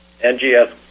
NGS